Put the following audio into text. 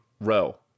row